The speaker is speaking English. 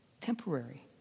Temporary